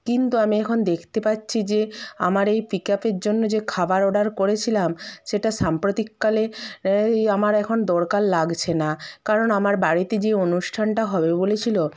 কিন্তু আমি এখন দেখতে পাচ্ছি যে আমার এই পিকাপের জন্য যে খাবার অর্ডার করেছিলাম সেটা সাম্প্রতিক কালে এই আমার এখন দরকার লাগছে না কারণ আমার বাড়িতে যে অনুষ্ঠানটা হবে বলেছিলো